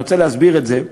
אני רוצה להסביר את זה.